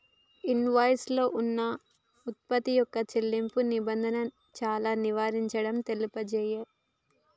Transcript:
invoice లో కొన్న వుత్పత్తి యొక్క చెల్లింపు నిబంధనలు చానా వివరంగా తెలుపబడతయ్